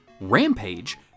Rampage